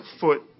foot